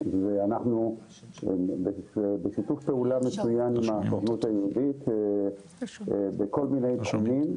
ואנחנו בשיתוף פעולה מצוין עם הסוכנות היהודית בכל מיני תחומים.